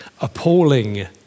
appalling